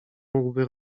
mógłby